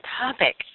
topic